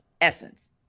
essence